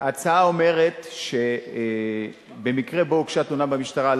ההצעה אומרת שבמקרה שבו הוגשה תלונה במשטרה על